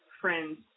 friend's